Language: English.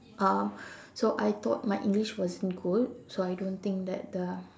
um so I thought my English wasn't good so I don't think that the